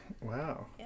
Wow